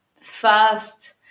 first